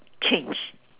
change